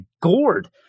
gourd